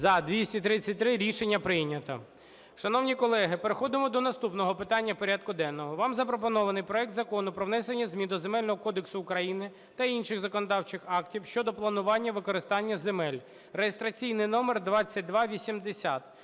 За-233 Рішення прийнято. Шановні колеги, переходимо до наступного питання порядку денного. Вам запропонований проект Закону про внесення змін до Земельного кодексу України та інших законодавчих актів щодо планування використання земель, (реєстраційний номер 2280).